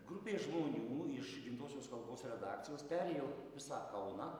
grupė žmonių iš gimtosios kalbos redakcijos perėjo visą kauną